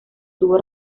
tuvo